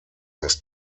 dass